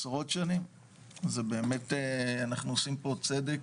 אנחנו עושים פה צדק,